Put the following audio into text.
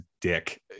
dick